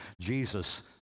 jesus